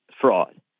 fraud